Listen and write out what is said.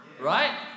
right